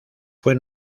fue